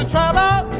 Trouble